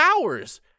hours